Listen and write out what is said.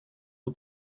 eau